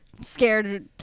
scared